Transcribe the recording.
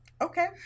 Okay